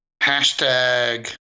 Hashtag